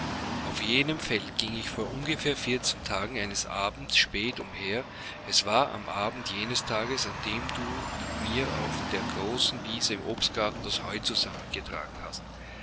auf jenem felde ging ich vor ungefähr vierzehn tagen eines abends spät umher es war am abend jenes tages an dem du mit mir auf der großen wiese im obstgarten das heu zusammengetragen hast